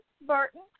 Barton